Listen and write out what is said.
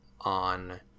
on